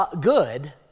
good